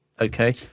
okay